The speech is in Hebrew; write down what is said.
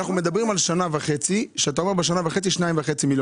יש לכם את הכלים בשביל זה.